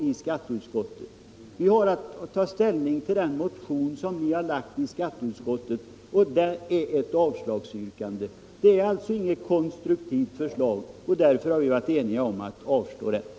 I skatteutskottet har vi haft att ta ställning till den motion som ni har väckt och som innehåller ett avslagsyrkande. Ni har alltså inget konstruktivt förslag, och därför har vi i utskottet varit eniga om att avstyrka motionen.